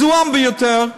מזוהם ביותר.